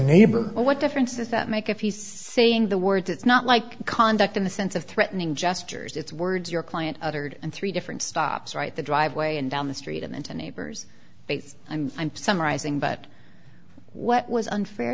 neighbor well what difference does that make if he's saying the words it's not like conduct in the sense of threatening gestures it's words your client uttered in three different stops right the driveway and down the street and into neighbors i mean i'm summarizing but what was unfair